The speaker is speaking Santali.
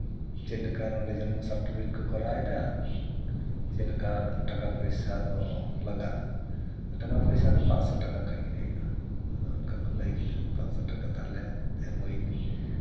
ᱪᱮᱫᱞᱮᱠᱟ ᱱᱚᱰᱮ ᱡᱚᱱᱢᱚ ᱥᱟᱨᱴᱤᱯᱷᱤᱠᱮᱴ ᱠᱚ ᱠᱚᱨᱟᱣ ᱮᱫᱟ ᱪᱮᱫ ᱞᱮᱠᱟ ᱴᱟᱠᱟ ᱯᱚᱭᱥᱟ ᱫᱚ ᱞᱟᱜᱟᱜᱼᱟ ᱴᱟᱠᱟ ᱯᱚᱭᱥᱟ ᱫᱚ ᱯᱟᱭᱥᱚ ᱴᱟᱠᱟ ᱠᱷᱟᱡ ᱜᱮ ᱦᱩᱭᱩᱜᱼᱟ ᱟᱫᱚ ᱚᱱᱠᱟ ᱠᱚ ᱞᱟᱹᱭ ᱠᱮᱫᱟ ᱯᱟᱸᱪ ᱥᱳ ᱴᱟᱠᱟ ᱛᱟᱦᱚᱞᱮ ᱮᱢ ᱦᱩᱭᱱᱟ